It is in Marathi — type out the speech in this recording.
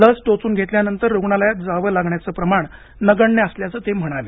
लस टोचून घेतल्यानंतर रुग्णालयात जावं लागण्याचं प्रमाण नगण्य असल्याचं ते म्हणाले